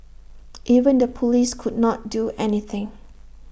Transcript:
even the Police could not do anything